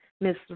Miss